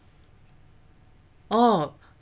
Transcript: oh